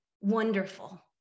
wonderful